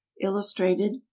illustrated